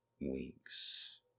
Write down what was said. weeks